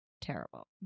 terrible